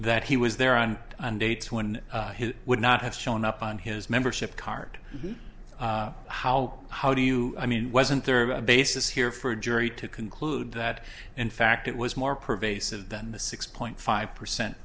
that he was there on dates when he would not have shown up on his membership card how how do you i mean wasn't there a basis here for a jury to conclude that in fact it was more pervasive than the six point five percent